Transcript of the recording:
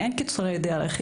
אין קיצורי דרך.